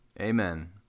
amen